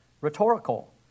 rhetorical